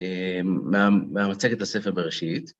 מהמצגת לספר בראשית.